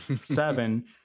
seven